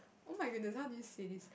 oh-my-goodness how do you say this